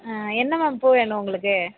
என்ன மேம் பூ வேணும் உங்களுக்கு